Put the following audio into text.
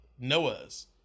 Noah's